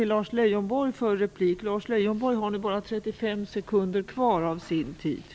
Lars Leijonborg har nu bara 35 sekunder kvar av sin taletid.